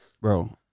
bro